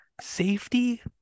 Safety